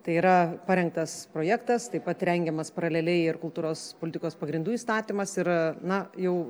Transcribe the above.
tai yra parengtas projektas taip pat rengiamas paraleliai ir kultūros politikos pagrindų įstatymas yra na jau